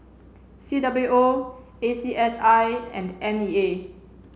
C W O A C S I and N E A